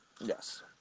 Yes